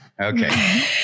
Okay